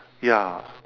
ya